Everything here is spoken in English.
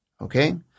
Okay